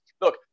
Look